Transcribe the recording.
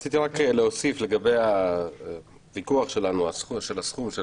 רציתי להוסיף לגבי הוויכוח שלנו על הסכום של